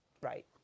right